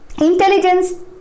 Intelligence